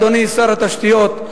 אדוני שר התשתיות,